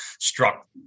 struck